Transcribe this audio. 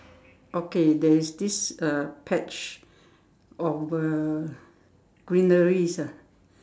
okay there is this uh patch of uh greeneries ah